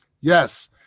Yes